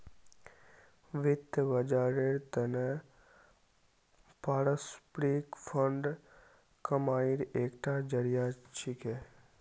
वित्त बाजारेर त न पारस्परिक फंड कमाईर एकता जरिया छिके